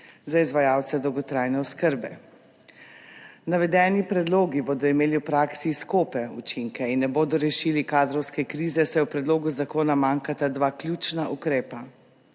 za izvajalce dolgotrajne oskrbe. Navedeni predlogi bodo imeli v praksi skope učinke in ne bodo rešili kadrovske krize, saj v predlogu zakona manjkata dva ključna ukrepa: